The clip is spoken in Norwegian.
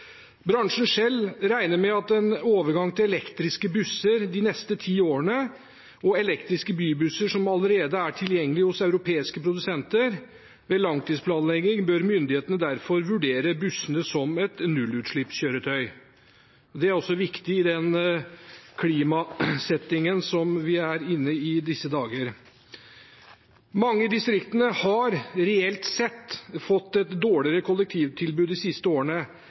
elektriske busser de neste ti årene, og elektriske bybusser er allerede tilgjengelig hos europeiske produsenter. Ved langtidsplanlegging bør myndighetene derfor vurdere bussene som nullutslippskjøretøy. Det er viktig også i den klimasettingen vi er inne i i disse dager. Mange i distriktene har reelt sett fått et dårligere kollektivtilbud de siste årene.